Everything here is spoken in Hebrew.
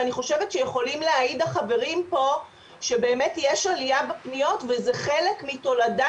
אני חושבת שיכולים להעיד החברים פה שבאמת יש עלייה בפניות וזה חלק מתולדה